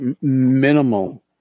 minimal